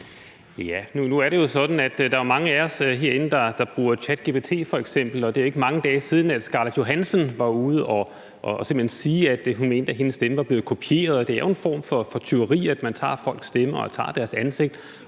(M): Nu er det jo sådan, at der er mange af os herinde, der bruger ChatGPT f.eks., og det er ikke mange dage siden, at Scarlett Johansson var ude og sige, at hun mente, at hendes stemme var blevet kopieret, og det er jo en form for tyveri, at man tager folks stemmer og tager deres ansigt